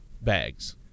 bags